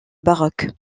baroque